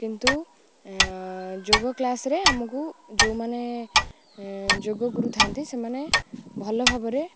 କିନ୍ତୁ ଯୋଗ କ୍ଲାସରେ ଆମକୁ ଯେଉଁମାନେ ଯୋଗ କରୁଥାନ୍ତି ସେମାନେ ଭଲ ଭାବରେ